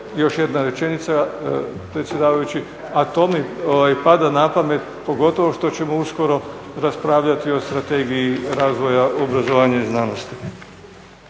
Još jedna rečenica predsjedavajući. A to mi pada na pamet pogotovo što ćemo uskoro raspravljati o strategiji razvoja obrazovanja i znanosti.